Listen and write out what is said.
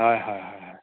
হয় হয় হয় হয়